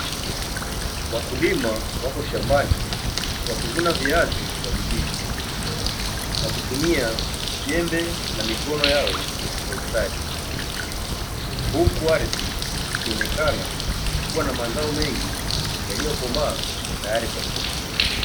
Wakulima wako shambani wakivuna viazi kwa bidii wakitumia jembe na mikono yao kwa ustadi, huku ardhi ikionekana kuwa na mazao mengi yaliyokomaa tayari kwa soko.